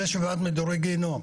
זה שבעת מדורי גהינום.